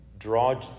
draw